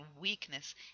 weakness